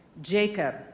Jacob